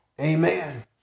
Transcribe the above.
amen